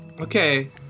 okay